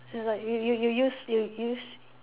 it's like you you you use you use